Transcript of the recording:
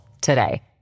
today